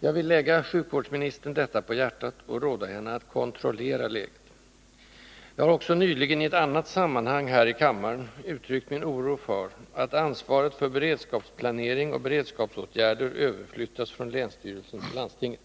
Jag vill lägga sjukvårdsministern detta på hjärtat och råda henne att kontrollera läget. Jag har också nyligen i ett annat sammanhang här i kammaren uttryckt min oro för att ansvaret för beredskapsplanering och beredskapsåtgärder överflyttas från länsstyrelsen till landstinget.